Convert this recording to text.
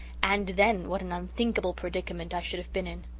and then what an unthinkable predicament i should have been in!